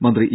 മന്ത്രി ഇ